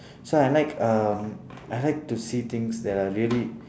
so I like um I like to see things that are really